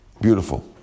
Beautiful